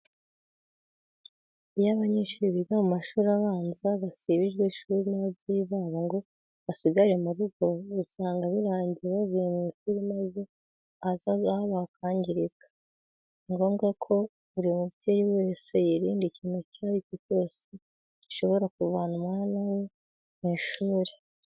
Iyo abanyeshuri biga mu mashuri abanza basibijwe ishuri n'ababyeyi babo ngo basigare ku rugo, usanga birangiye bavuye mu ishuri maze ahazaza habo hakangirika. Ni ngombwa ko buri mubyeyi wese yirinda ikintu icyo ari cyo cyose gishobora kuvana umwana we mu ishuri.